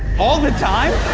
all the time!